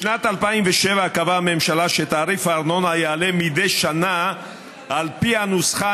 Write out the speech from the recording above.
בשנת 2007 קבעה הממשלה שתעריף הארנונה יעלה מדי שנה על פי הנוסחה